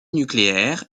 nucléaire